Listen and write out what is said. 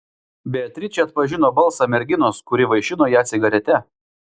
beatričė atpažino balsą merginos kuri vaišino ją cigarete